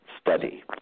study